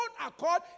accord